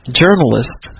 journalist